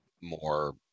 more